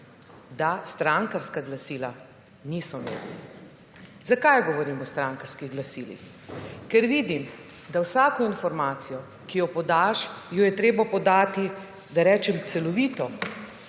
da strankarska glasila niso mediji. Zakaj govorim o strankarskih glasilih? Ker vidim, da vsako informacijo, ki jo podaš, jo je treba podati, da rečem, celovito.